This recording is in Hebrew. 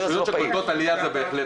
ברשויות שקולטות עלייה זה בהחלט קיים.